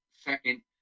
second